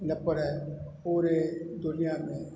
न पर पूरे दुनियां में